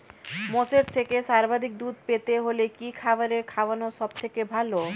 মোষের থেকে সর্বাধিক দুধ পেতে হলে কি খাবার খাওয়ানো সবথেকে ভালো?